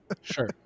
Sure